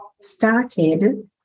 started